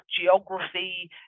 geography